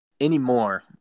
anymore